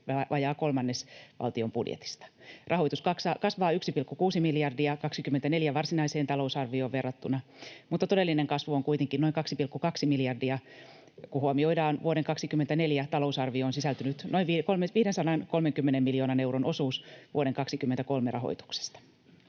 vajaa kolmannes valtion budjetista. Rahoitus kasvaa 1,6 miljardia vuoden 24 varsinaiseen talousarvioon verrattuna, mutta todellinen kasvu on kuitenkin noin 2,2 miljardia, kun huomioidaan vuoden 24 talousarvioon sisältynyt noin 530 miljoonan euron osuus vuoden 23 rahoituksesta.